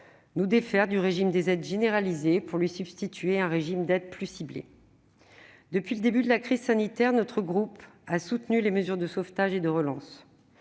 nous défaire du régime des aides généralisées pour lui substituer un régime d'aides ciblées. Depuis le début de la crise sanitaire, le groupe Les Indépendants a soutenu les mesures de sauvetage et de relance.